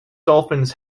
dolphins